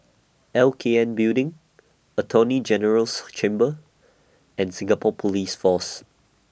L K N Building Attorney General's Chambers and Singapore Police Force